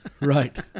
Right